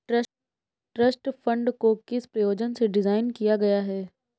Trust fund को किस प्रयोजन से डिज़ाइन किया गया है?